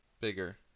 bigger